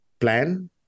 plan